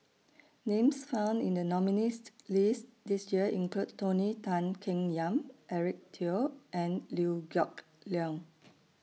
Names found in The nominees' list This Year include Tony Tan Keng Yam Eric Teo and Liew Geok Leong